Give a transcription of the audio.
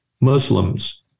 Muslims